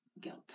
Guilt